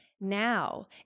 now